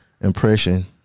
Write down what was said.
impression